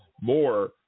more